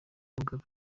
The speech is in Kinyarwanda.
mugabe